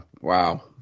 Wow